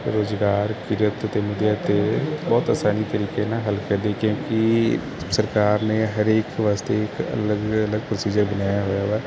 ਰੁਜ਼ਗਾਰ ਕਿਰਤ ਦੇ ਮੁੱਦਿਆਂ 'ਤੇ ਬਹੁਤ ਆਸਾਨੀ ਤਰੀਕੇ ਨਾਲ ਹੈਲਪ ਕਰਦੇ ਕਿਉਂਕਿ ਸਰਕਾਰ ਨੇ ਹਰੇਕ ਵਾਸਤੇ ਇੱਕ ਅਲੱਗ ਅਲੱਗ ਪ੍ਰੋਸੀਜਰ ਬਣਾਇਆ ਹੋਇਆ ਵਾ